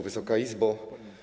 Wysoka Izbo!